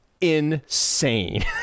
insane